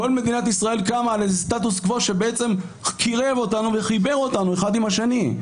על איזה סטטוס-קוו שבעצם קירב אותנו וחיבר אותנו אחד עם השני.